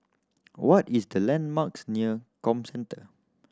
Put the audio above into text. what is the landmarks near Comcentre